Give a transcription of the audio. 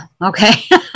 okay